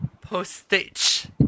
postage